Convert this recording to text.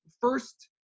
first –